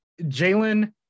Jalen